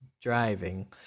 Driving